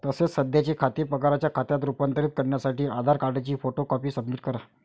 तसेच सध्याचे खाते पगाराच्या खात्यात रूपांतरित करण्यासाठी आधार कार्डची फोटो कॉपी सबमिट करा